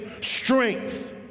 strength